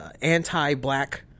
anti-black